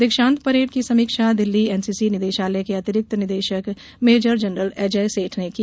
दीक्षांत परेड की समीक्षा दिल्ली एनसीसी निदेशालय के अतिरिक्त निदेशक मेजर जनरल अजय सेठ ने की